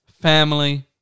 Family